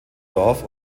dorf